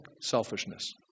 Selfishness